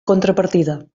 contrapartida